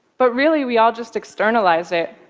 but really, we all just externalize it.